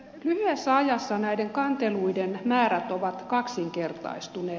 lyhyessä ajassa näiden kanteluiden määrät ovat kaksinkertaistuneet